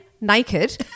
naked